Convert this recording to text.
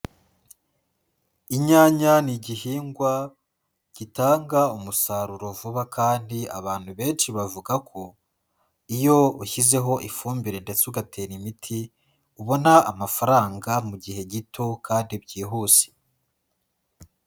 Inyanya ni igihingwa gitanga umusaruro vuba kandi abantu benshi bavuga ko iyo ushyizeho ifumbire ndetse ugatera imiti, ubona amafaranga mu gihe gito kandi byihuse.